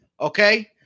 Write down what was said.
Okay